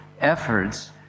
efforts